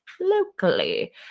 locally